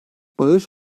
bağış